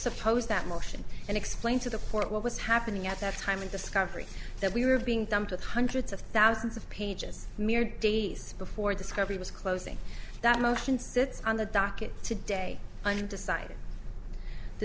suppose that motion and explain to the court what was happening at that time in discovery that we were being dumped with hundreds of thousands of pages mere days before discovery was closing that motion sits on the docket today and decided the